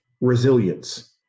resilience